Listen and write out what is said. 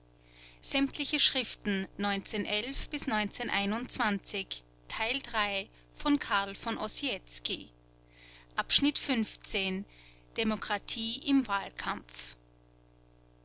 schriften demokratie im wahlkampf